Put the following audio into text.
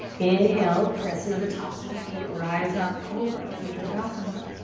inhale, press into the tops of the feet. rise up, cobra, bhujangasana.